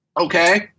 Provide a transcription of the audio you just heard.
Okay